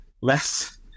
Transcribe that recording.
less